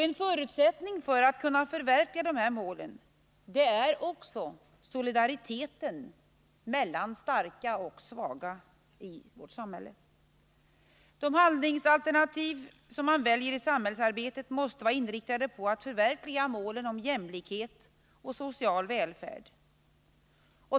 En förutsättning för att kunna förverkliga dessa mål är solidariteten mellan starka och svaga i vårt samhälle. De handlingsalternativ man väljer i samhällsarbetet måste vara inriktade på att förverkliga målen om jämlikhet och social välfärd.